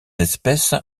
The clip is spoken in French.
espèces